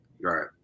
Right